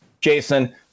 Jason